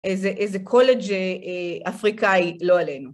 איזה קולג' אפריקאי לא עלינו.